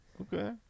Okay